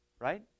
right